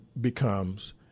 becomes